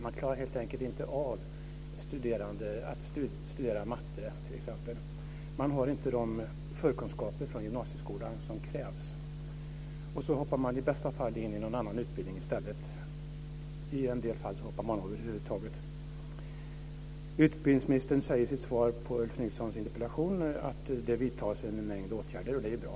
Man klarar helt enkelt inte av att t.ex. studera matte, man har inte de förkunskaper från gymnasieskolan som krävs. Så hoppar man i bästa fall in i en annan utbildning i stället. I en del fall hoppar man av över huvud taget. Utbildningsministern säger i sitt svar på Ulf Nilssons interpellation att det nu vidtas en mängd åtgärder, och det är bra.